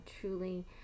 truly